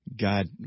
God